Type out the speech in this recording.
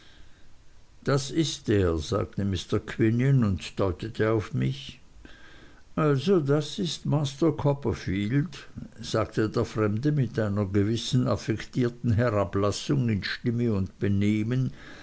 das ist er sagte mr quinion und deutete auf mich also das ist master copperfield sagte der fremde mit einer gewissen affektierten herablassung in stimme und benehmen